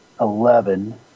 eleven